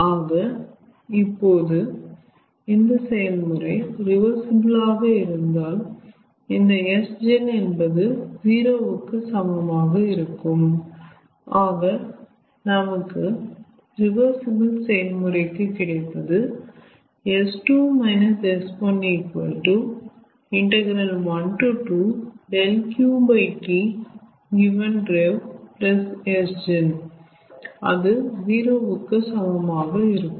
ஆக இப்போது இந்த செயல்முறை ரிவர்சிபிள் ஆக இருந்தால் இந்த Sgen என்பது 0 கு சமமாக இருக்கும் ஆக நமக்கு ரிவர்சிபிள் செயல்முறைக்கு கிடைப்பது ∫12 𝛿𝑄T|rev 𝑆gen அது 0 கு சமமாக இருக்கும்